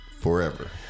forever